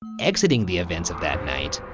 exiting the events of that night,